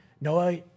Noah